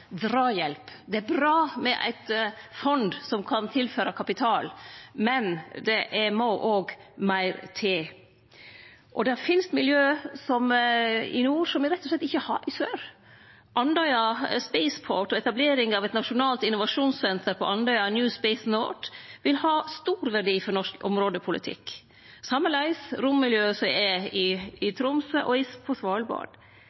Det er bra med eit fond som kan tilføre kapital, men det må meir til. Det finst miljø i nord som me rett og slett ikkje har i sør. Andøya Spaceport og etablering av eit nasjonalt innovasjonssenter på Andøya, Newspace North, vil ha stor verdi for norsk områdepolitikk, og sameleis rommiljøet som er i